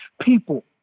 people